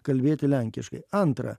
kalbėti lenkiškai antrą